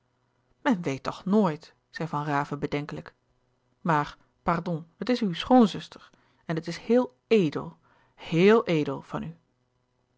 men weet toch nooit zei van raven bedenkelijk maar pardon het is uw schoonzuster en het is heel edel heel edel van u